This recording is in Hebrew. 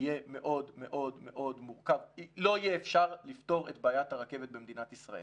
לא יהיה אפשר לפתור את בעיית הרכבת במדינת ישראל.